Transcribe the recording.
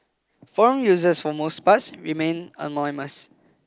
forum users for most parts remain anonymous